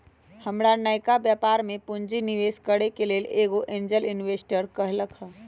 हमर नयका व्यापर में पूंजी निवेश करेके लेल एगो एंजेल इंवेस्टर कहलकै ह